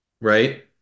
right